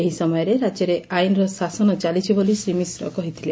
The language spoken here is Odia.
ଏହି ସମୟରେ ରାଜ୍ୟରେ ଆଇନର ଶାସନ ଚାଲିଛି ବୋଲି ଶ୍ରୀ ମିଶ୍ର କହିଥିଲେ